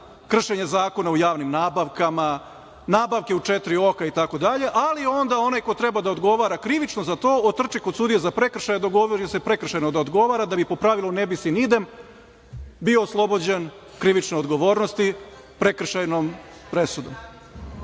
kršenje Zakona o javnim nabavkama, nabavke u četiri oka itd. ali onda onaj koji treba da odgovara krivično za to, otrči kod sudije za prekršaje, dogovori se da prekršajno odgovara da bi po pravilu „ne bis in idem“ bio oslobođen krivične odgovornosti prekršajnom presudom. Najzad,